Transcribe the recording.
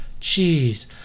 Jeez